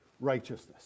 righteousness